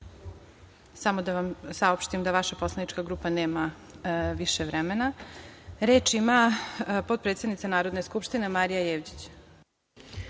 Samo da vam saopštim da vaša poslanička grupa nema više vremena. Reč ima potpredsednica Narodne skupštine, Marija Jevđić.